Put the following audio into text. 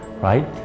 right